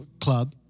Club